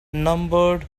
numbered